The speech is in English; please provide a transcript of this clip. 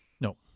No